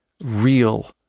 real